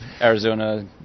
Arizona